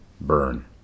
burn